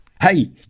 Hey